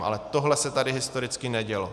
Ale tohle se tady historicky nedělo.